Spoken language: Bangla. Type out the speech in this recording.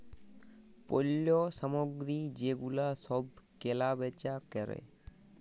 পল্য সামগ্রী যে গুলা সব কেলা বেচা ক্যরে